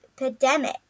epidemic